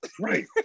Right